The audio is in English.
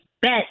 bet